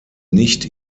nicht